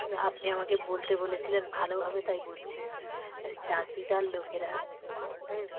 আপনি আমাকে বলতে বলেছিলেন ভালোভাবে তাই বলছি চাকরিদার লোকেরা হুম